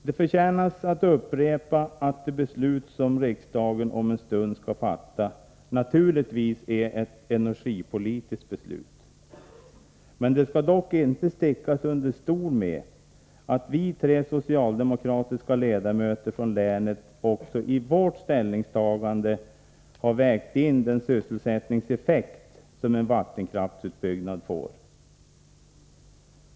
Det förtjänar att upprepas att det beslut som riksdagen om en stund skall fatta naturligtvis är ett energipolitiskt beslut. Det skall dock inte stickas under stol med att vi tre socialdemokratiska ledamöter från länet också i vårt ställningstagande har vägt in den sysselsättningseffekt som en vattenkraftsutbyggnad får.